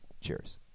Cheers